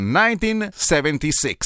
1976